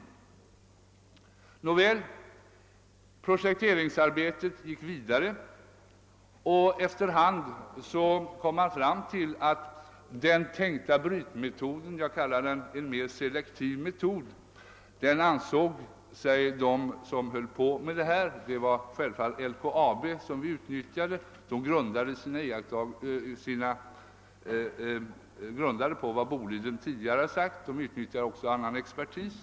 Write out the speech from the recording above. Nåväl, projekteringsarbetet gick vidare, och efter hand kom man fram till att den tänkta brytmetoden — jag kallar den för den selektiva metoden — inte kunde tillämpas. En annan metod måste tillgripas. Det var självfallet LKAB vi utnyttjade för detta arbete, och LKAB grundade sina beräkningar på vad Boliden tidigare kommit fram till, men man utnyttjade också annan expertis.